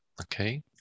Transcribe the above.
Okay